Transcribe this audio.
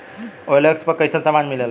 OLX पर कइसन सामान मीलेला?